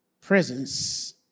presence